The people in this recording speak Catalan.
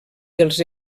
dels